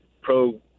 pro